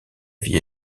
vie